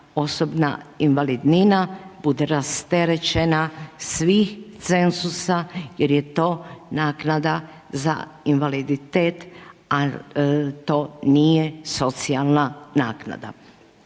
osobna invalidnina bude rasterećena svih cenzusa jer je to naknada za invaliditet a to nije socijalna naknada.